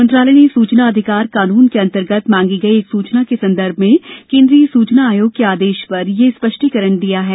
मंत्रालय ने सूचना अधिकार कानून के अंतर्गत मांगी गई एक सूचना के संदर्भ में केन्द्रीय सूचना आयोग के आदेश पर यह स्पष्टीकरण जारी किया है